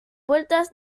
puertas